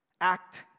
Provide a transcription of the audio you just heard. Act